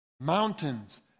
mountains